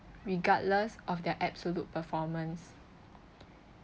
regardless of their absolute performance